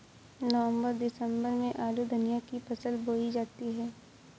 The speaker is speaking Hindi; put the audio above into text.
नवम्बर दिसम्बर में आलू धनिया की फसल बोई जाती है?